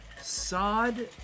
Sod